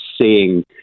seeing